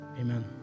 amen